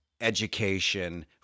education